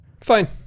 Fine